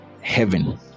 heaven